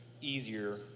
easier